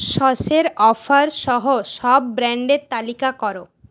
সসের অফার সহ সব ব্র্যান্ডের তালিকা কর